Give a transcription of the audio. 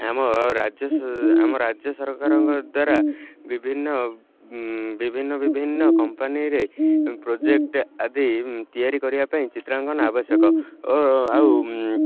ଆମ ରାଜ୍ୟ ଆମ ରାଜ୍ୟ ସରକାରଙ୍କ ଦ୍ୱାରା ବିଭିନ୍ନ ବିଭିନ୍ନ ବିଭିନ୍ନ କମ୍ପାନୀରେ ପ୍ରୋଜେକ୍ଟ ଆଦି ତିଆରି କରିବା ପାଇଁ ଚିତ୍ରାଙ୍କନ ଆବଶ୍ୟକ ଓ ଆଉ